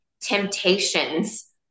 temptations